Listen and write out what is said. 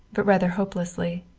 but rather hopelessly.